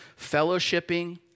fellowshipping